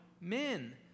men